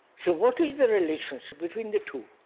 so what is the relationship between the two?